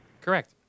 Correct